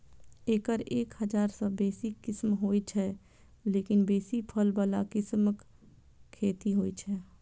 एकर एक हजार सं बेसी किस्म होइ छै, लेकिन बेसी फल बला किस्मक खेती होइ छै